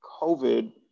COVID